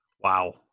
Wow